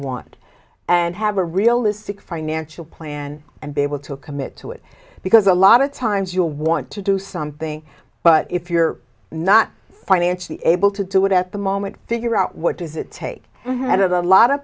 want and have a realistic financial plan and be able to commit to it because a lot of times you want to do something but if you're not financially able to do it at the moment figure out what does it take had a lot